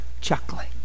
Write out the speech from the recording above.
chuckling